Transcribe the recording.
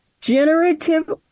generative